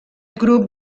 grup